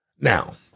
Now